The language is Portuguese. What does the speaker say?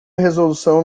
resolução